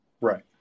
Right